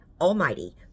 Almighty